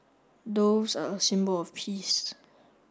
doves are a symbol of peace